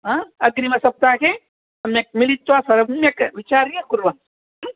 हा अग्रिमसप्ताहे सम्यक् मिलित्वा सम्यक् विचार्य कुर्वन्तु